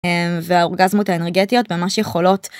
והאורגזמות האנרגטיות ממש יכולות